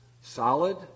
solid